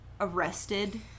arrested